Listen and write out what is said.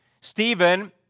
Stephen